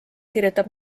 kirjutab